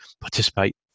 participate